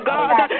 God